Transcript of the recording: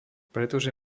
pretože